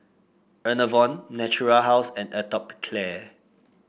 Enervon Natura House and Atopiclair